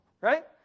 Right